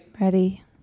Ready